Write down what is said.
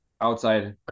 outside